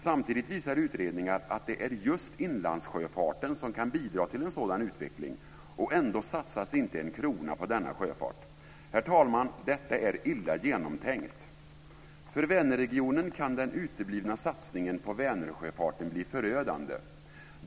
Samtidigt visar utredningar att det är just inlandssjöfarten som kan bidra till en sådan utveckling, och ändå satsas inte en krona på denna sjöfart. Herr talman! Detta är illa genomtänkt. För Vänerregionen kan den uteblivna satsningen på Vänersjöfarten bli förödande.